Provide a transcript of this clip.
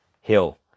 hill